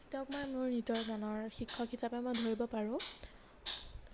তেওঁক মই মোৰ গীতৰ গানৰ শিক্ষক হিচাপে মই ধৰিব পাৰোঁ